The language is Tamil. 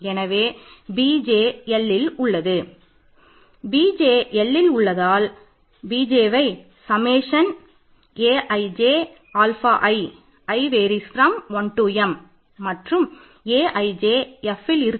எனவே bj வை சம்மேசன் Fல் இருக்கும்